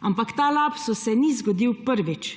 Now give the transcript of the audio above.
ampak ta lapsus se ni zgodil prvič.